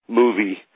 movie –